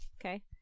Okay